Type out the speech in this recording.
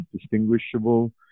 distinguishable